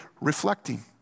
reflecting